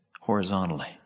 horizontally